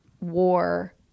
war